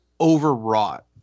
overwrought